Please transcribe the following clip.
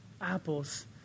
apples